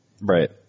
Right